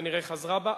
כנראה חזרה בה.